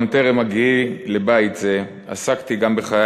גם טרם הגיעי לבית זה עסקתי גם בחיי